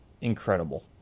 incredible